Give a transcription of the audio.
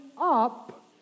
up